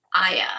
Aya